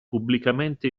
pubblicamente